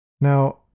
Now